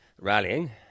Rallying